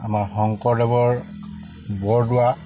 আমাৰ শংকৰদেৱৰ বৰদোৱা